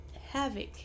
havoc